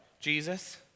Jesus